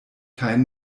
kein